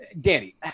Danny